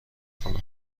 کنم